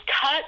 cut